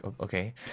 okay